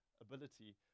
ability